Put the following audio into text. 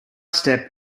step